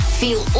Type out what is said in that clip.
feel